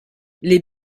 les